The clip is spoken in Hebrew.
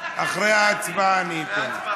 אחרי ההצבעה אתן.